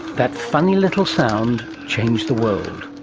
that funny little sound changed the world.